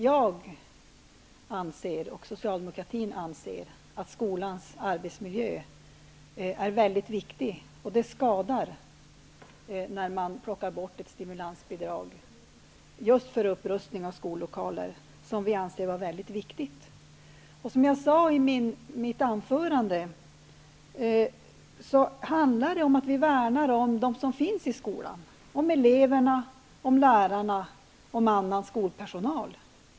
Jag och socialdemokratin anser att skolans arbetsmiljö är mycket viktig och att det skadar när man plockar bort ett stimulansbidrag just för upprustning av skollokaler, vilket vi anser vara mycket viktigt. Som jag sade i mitt tidigare anförande handlar det om att vi värnar om dem som finns i skolan -- om eleverna, lärarna och annan skolpersonal.